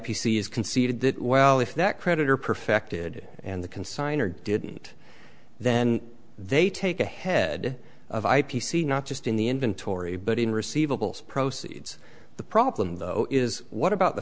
c s conceded that well if that creditor perfected and the consigner didn't then they take ahead of i p c not just in the inventory but in receivables proceeds the problem though is what about the